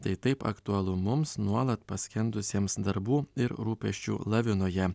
tai taip aktualu mums nuolat paskendusiems darbų ir rūpesčių lavinoje